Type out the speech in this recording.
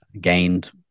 gained